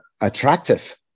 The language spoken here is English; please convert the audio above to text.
attractive